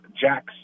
Jack's